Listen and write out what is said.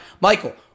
Michael